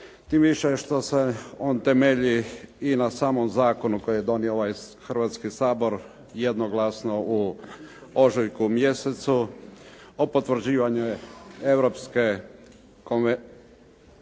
tim više što se on temelji i na samom zakonu koji je donio ovaj Hrvatski sabor jednoglasno u ožujku mjesecu o potvrđivanju Svjetske konvencije